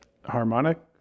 harmonic